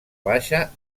baixa